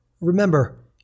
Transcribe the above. Remember